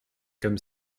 comme